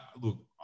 look